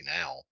now